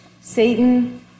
Satan